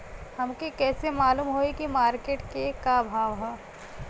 हमके कइसे मालूम होई की मार्केट के का भाव ह?